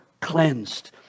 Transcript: cleansed